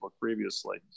previously